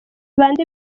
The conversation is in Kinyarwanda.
bande